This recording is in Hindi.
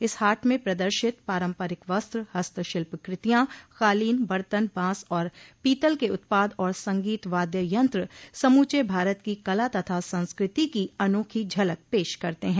इस हाट में प्रदर्शित पारम्परिक वस्त्र हस्तशिल्प कृतियां कालीन बर्तन बांस और पीतल के उत्पाद और संगीत वाद्य यंत्र समूचे भारत की कला तथा संस्कृति की अनोखी झलक पेश करते हैं